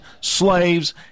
slaves